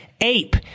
ape